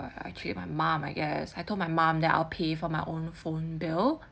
okay my mum I guess I told my mum that I'll pay for my own phone bill